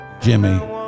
Jimmy